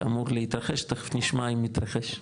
שאמור להתרחש, תיכף נשמע אם התרחש.